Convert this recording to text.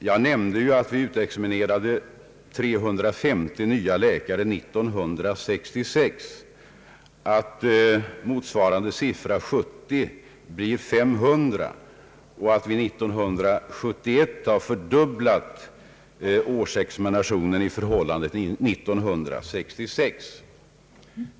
Jag nämnde att vi 1966 utexaminerade 350 nya läkare, att motsvarande siffra 1970 blir 500 och att vi 1971 har fördubblat årsexaminationen i förhållande till 1966.